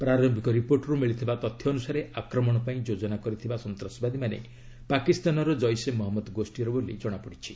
ପ୍ରାରୟିକ ରିପୋର୍ଟରୁ ମିଳିଥିବା ତଥ୍ୟ ଅନୁସାରେ ଆକ୍ରମଣ ପାଇଁ ଯୋଜନା କରିଥିବା ସନ୍ତାସବାଦୀମାନେ ପାକିସ୍ତାନର ଜୈସେ ମହମ୍ମଦ ଗୋଷ୍ଠୀର ବୋଲି ଜଣାପଡ଼ିଛି